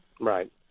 Right